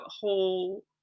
whole